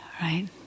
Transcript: Right